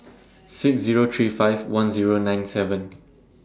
six Zero three five one Zero nine seven